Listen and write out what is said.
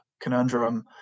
conundrum